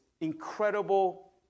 incredible